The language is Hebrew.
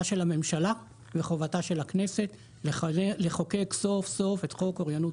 של הממשלה וחובתה של הכנסת לחוקק סוף סוף את חוק אוריינות